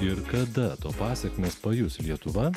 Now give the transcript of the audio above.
ir kada to pasekmes pajus lietuva